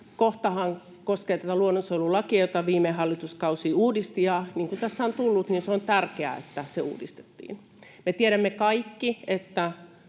On. — ...koskee tätä luonnonsuojelulakia, jota viime hallituskausi uudisti, ja niin kuin tässä on tullut, on tärkeää, että se uudistettiin. Me tiedämme kaikki, että